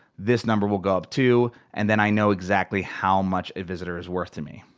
this number will go up too. and then i know exactly how much a visitor is worth to me.